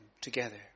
together